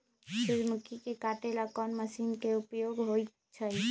सूर्यमुखी के काटे ला कोंन मशीन के उपयोग होई छइ?